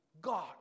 God